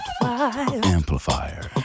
Amplifier